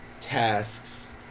tasks